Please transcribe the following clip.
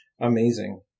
amazing